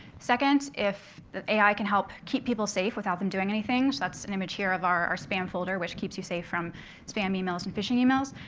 second, if an ai can help keep people safe without them doing anything. so that's an image here of our spam folder, which keeps you safe from spam emails and phishing emails.